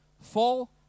fall